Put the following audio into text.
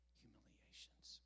humiliations